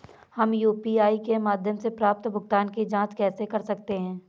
हम यू.पी.आई के माध्यम से प्राप्त भुगतान की जॉंच कैसे कर सकते हैं?